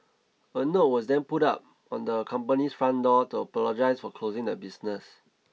a note was then put up on the company's front door to apologise for closing the business